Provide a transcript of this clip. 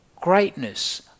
greatness